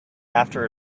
after